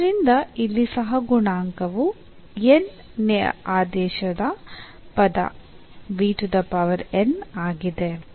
ಆದ್ದರಿಂದ ಇಲ್ಲಿ ಸಹಗುಣಾಂಕವು n ನೇ ಆದೇಶದ ಪದ ಆಗಿದೆ